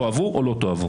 תאהבו או לא תאהבו.